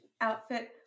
outfit